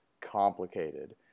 complicated